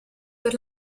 per